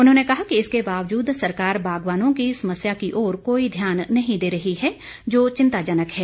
उन्होंने कहा कि इसके बावजूद सरकार बागवानों की समस्याओं की ओर कोई ध्यान नहीं दे रही है जो चिंताजनक है